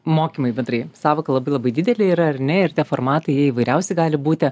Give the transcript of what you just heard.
mokymai bendrai sąvoka labai labai didelė yra ar ne ir tie formatai jie įvairiausi gali būti